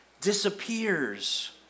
disappears